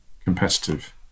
competitive